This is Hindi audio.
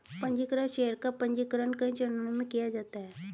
पन्जीकृत शेयर का पन्जीकरण कई चरणों में किया जाता है